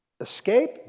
Escape